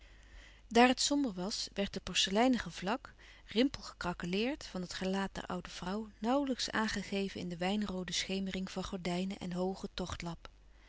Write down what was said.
daar het somber was werd de porceleinige vlak rimpelgecraqueleerd van het gelaat der oude vrouw naùwlijks aangegeven in de wijnroode schemering van gordijnen en hooge